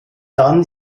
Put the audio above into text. dann